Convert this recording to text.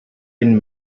been